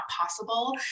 possible